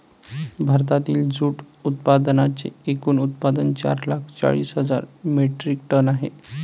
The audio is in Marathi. भारतातील जूट उत्पादनांचे एकूण उत्पादन चार लाख चाळीस हजार मेट्रिक टन आहे